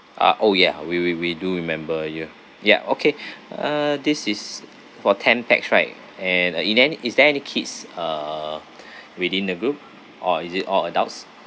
ah oh ya we we we do remember you ya okay uh this is for ten pax right and uh in then is there any kids uh within the group or is it all adults